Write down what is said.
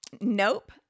nope